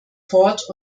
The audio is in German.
ford